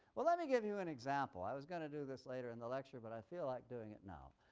well, let me give you an example. i was going to do this later in the lecture but i feel like doing it now.